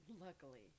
Luckily